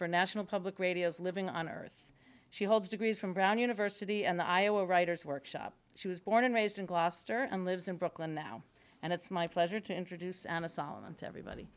for national public radio's living on earth she holds degrees from brown university and the iowa writers workshop she was born and raised in gloucester and lives in brooklyn now and it's my pleasure to introduce an asylum to everybody